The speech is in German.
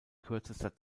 kürzester